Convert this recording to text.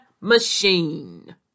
machine